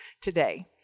today